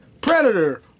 Predator